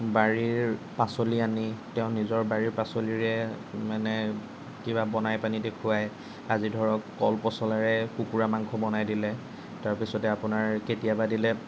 বাৰীৰ পাচলি আনি তেওঁ নিজৰ বাৰীৰ পাচলিৰে মানে কিবা বনাই পানি দেখুৱায় আজি ধৰক কল পচলাৰে কুকুৰা মাংস বনাই দিলে তাৰপাছতে আপোনাৰ কেতিয়াবা দিলে